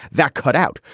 that cut out.